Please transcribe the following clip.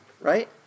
right